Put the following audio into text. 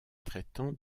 traitant